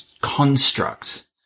construct